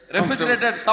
Refrigerated